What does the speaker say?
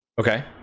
Okay